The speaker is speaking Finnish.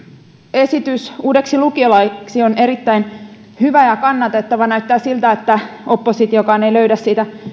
esitys uudeksi lukiolaiksi on erittäin hyvä ja kannatettava näyttää siltä että oppositiokaan ei löydä siitä